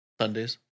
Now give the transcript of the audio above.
Sundays